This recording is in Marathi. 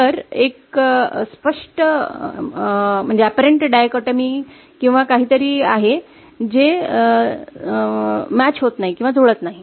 तर एक स्पष्ट डिकोटोमी किंवा काहीतरी आहे ते जुळत नाही